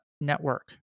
network